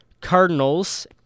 Cardinals